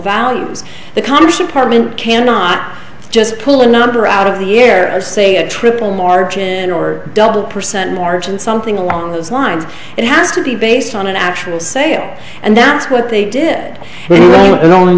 values the commerce department cannot just pull a number out of the air say a triple margin or double percent margin something along those lines it has to be based on an actual sale and that's what they did it only